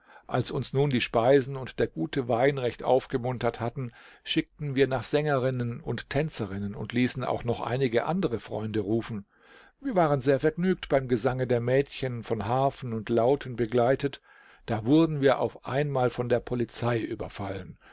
als uns nun die speisen und der gute wein recht aufgemuntert hatten schickten wir nach sängerinnen und tänzerinnen und ließen auch noch einige andere freunde rufen wir waren sehr vergnügt beim gesange der mädchen von harfen und lauten begleitet da wurden wir auf einmal von der polizei überfallen